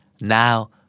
Now